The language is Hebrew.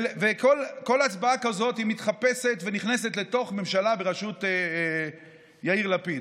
וכל הצבעה כזאת מתחפשת ונכנסת לתוך ממשלה בראשות יאיר לפיד.